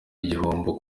igihombo